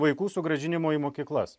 vaikų sugrąžinimo į mokyklas